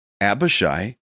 Abishai